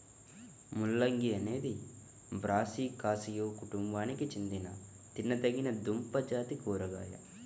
ముల్లంగి అనేది బ్రాసికాసియే కుటుంబానికి చెందిన తినదగిన దుంపజాతి కూరగాయ